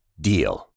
DEAL